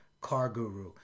CarGuru